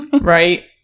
Right